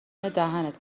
دهنت